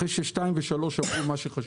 אחרי ש-(1) ו-(3) אמרו מה שחשוב.